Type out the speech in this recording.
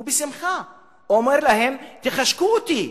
הוא בשמחה אומר להם: תחשקו אותי,